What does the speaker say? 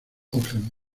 auckland